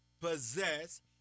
possess